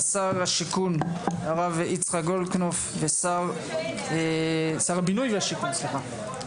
שר השיכון הרב יצחק גולדקנופ שר הבינוי והשיכון סליחה,